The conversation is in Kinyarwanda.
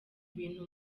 ibintu